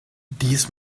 dies